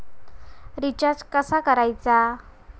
Recharge कसा करायचा?